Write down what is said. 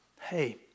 hey